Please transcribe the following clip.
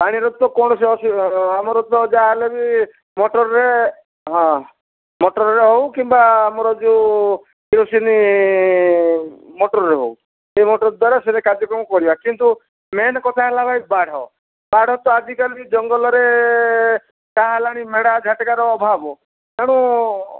ପାଣିରେ ତ କୌଣସି ଅସୁବିଧା ଆମର ତ ଯାହା ହେଲେ ବି ମଟରରେ ହଁ ମଟରରେ ହେଉ କିମ୍ବା ଆମର ଯେଉଁ କିରୋସିନୀ ମଟରରେ ହେଉ ସେହି ମଟର ଦ୍ଵାରା ସେଇଟା କାର୍ଯ୍ୟକ୍ରମ କରିବା କିନ୍ତୁ ମେନ୍ କଥା ହେଲା ଭାଇ ବାଢ ବାଢ ତ ଆଜିକାଲି ଜଙ୍ଗଲରେ ଯାହାହେଲାଣି ଅଭାବ ତେଣୁ